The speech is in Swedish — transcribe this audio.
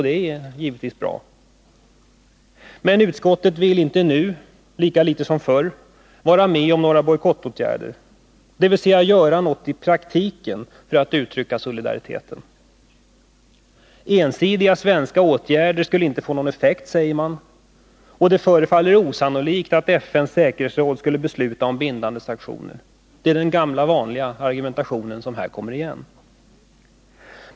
Det är givetvis bra. Men utskottet vill nu lika litet som förr vara med om några bojkottåtgärder, dvs. göra något i praktiken för att uttrycka solidariteten. Ensidiga svenska åtgärder skulle inte få någon effekt, säger man, och det förefaller osannolikt att FN:s säkerhetsråd skulle besluta om bindande sanktioner. Det är den gamla vanliga argumentationen som här kommer igen.